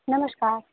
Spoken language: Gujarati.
નમસ્કાર